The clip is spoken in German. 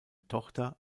tochter